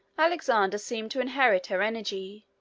alexander seemed to inherent her energy,